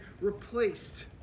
replaced